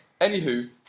Anywho